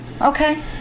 Okay